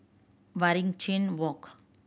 Waringin Walk